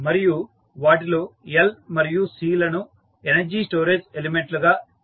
మరియు వాటిలో L మరియు C లను ఎనర్జీ స్టోరేజ్ ఎలిమెంట్ లుగా కన్సిడర్ చేస్తాము